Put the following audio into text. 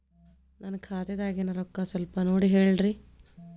ನನ್ನ ಖಾತೆದಾಗಿನ ರೊಕ್ಕ ಸ್ವಲ್ಪ ನೋಡಿ ಹೇಳ್ರಿ